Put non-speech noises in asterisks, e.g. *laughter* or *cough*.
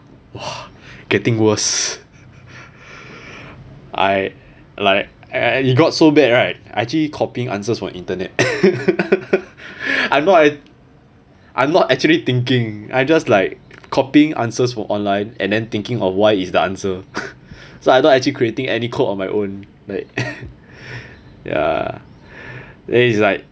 !wah! getting worse *breath* I like and and it got so bad right I actually copying answers from internet *laughs* I know I'm not actually thinking I just like copying answers for online and then thinking of why is the answer *breath* so I not actually creating any code *breath* on my own like *breath* ya then it's like